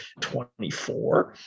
24